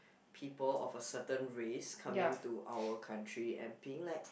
people of a certain race coming to our country and being like